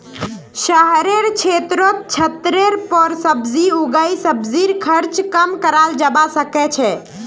शहरेर क्षेत्रत छतेर पर सब्जी उगई सब्जीर खर्च कम कराल जबा सके छै